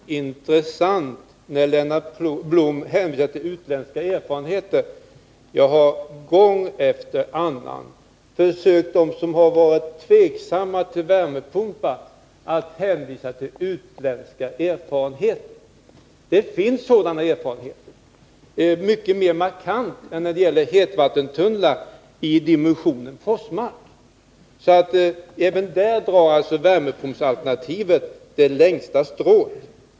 Herr talman! Det är mycket intressant när Lennart Blom hänvisar till utländska erfarenheter. Jag har gång efter gång försökt att inför dem som varit tveksamma till värmepumpar hänvisa till utländska erfarenheter. Det finns sådana erfarenheter, som är mycket mer markanta än när det gäller hetvattentunnlar i dimensionen Forsmark. Även där drar alltså värmepumpsalternativet det längsta strået.